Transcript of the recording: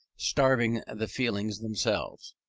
starving the feelings themselves.